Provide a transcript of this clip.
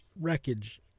wreckage